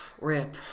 Rip